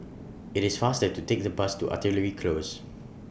IT IS faster to Take The Bus to Artillery Close